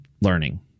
learning